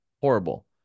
horrible